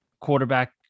Quarterback